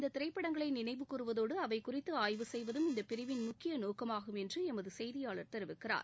இந்த திரைப்படங்களை நினைவு கூர்வதோடு அவை குறித்து ஆய்வு செய்வதும் இந்த பிரிவின் முக்கிய நோக்கமாகும் என்று எமது செய்தியாளர் தெரிவிக்கிறார்